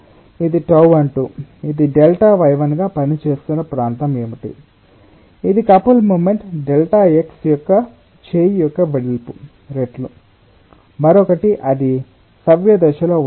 కాబట్టి ఇది టౌ 1 2 ఇది డెల్టా y 1 గా పనిచేస్తున్న ప్రాంతం ఏమిటి ఇది కపుల్ మూమెంట్ డెల్టా x యొక్క చేయి యొక్క వెడల్పు రెట్లు మరొకటి అది సవ్యదిశలో ఉంటుంది